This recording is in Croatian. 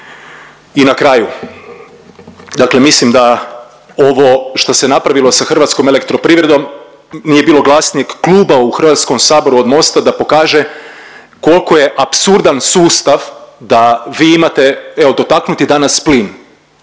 I na kraju, dakle mislim da ovo šta se napravilo sa Hrvatskom elektroprivredom nije bilo glasnijeg kluba u Hrvatskom saboru od MOST-a da pokaže koliko je apsurdan sustav da vi imate, evo dotaknut je danas plin